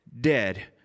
dead